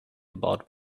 about